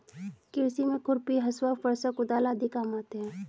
कृषि में खुरपी, हँसुआ, फरसा, कुदाल आदि काम आते है